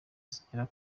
zigera